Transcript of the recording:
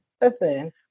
Listen